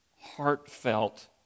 heartfelt